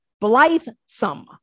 blithesome